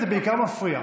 זה בעיקר מפריע.